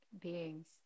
beings